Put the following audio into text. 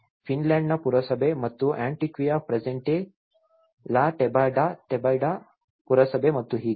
ಫಿನ್ಲ್ಯಾಂಡ್ನ ಪುರಸಭೆ ಮತ್ತು ಆಂಟಿಯೋಕ್ವಿಯಾ ಪ್ರೆಂಟೆ ಲಾ ಟೆಬೈಡಾ ಪುರಸಭೆ ಮತ್ತು ಹೀಗೆ